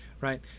right